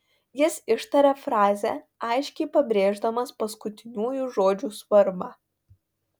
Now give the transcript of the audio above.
jis ištarė frazę aiškiai pabrėždamas paskutiniųjų žodžių svarbą